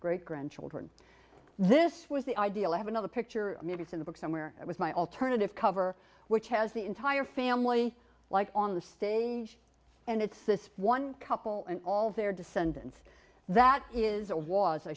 great grandchildren this was the ideal i have another picture maybe it's in the book somewhere with my alternative cover which has the entire family like on the stage and it's this one couple and all their descendants that is it wa